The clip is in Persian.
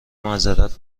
معذرت